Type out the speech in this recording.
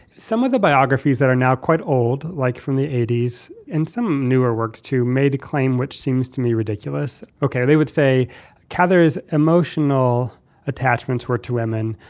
some of the biographies that are now quite old, like from the eighty s and some newer works too may declaim, which seems to me ridiculous. okay they would say cather is emotional attachments were to women,